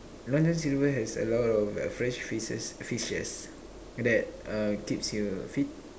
long John silver has a lot of fresh fishes fishes that uh keeps you fit